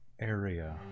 area